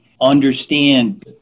understand